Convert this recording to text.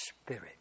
spirit